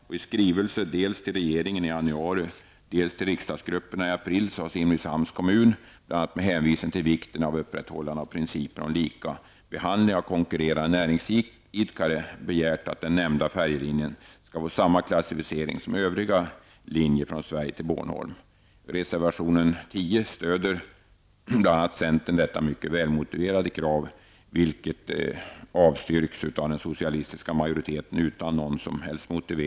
I skrivelser dels till regeringen i januari, dels till riksdagsgrupperna i april har Simrishamns kommun bl.a. med hänvisning till vikten av upprätthållande av principen om lika behandling av konkurrerande näringsidkare begärt att den nämnda färjelinjen skall få samma klassificering som övriga linjer från Sverige till Bornholm. I reservation 10 stöder bl.a. centern detta mycket välmotiverade krav, vilket avstyrks av den socialistiska majoriteten utan någon som helst motivering.